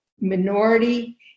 minority